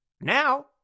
Now